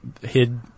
hid